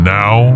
now